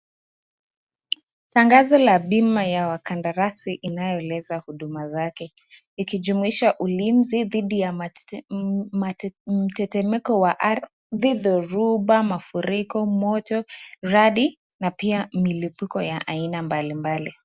Tangazo la bima ya wakandarasi inayo eleza huduma zake. Ikijumuisha ulinzi dhidi ya mtetemeko wa ardhi, dhoruba, mafuriko, moto, radi na pia milipuko ya aina mbalimbali.